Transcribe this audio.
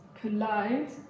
collide